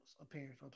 appearance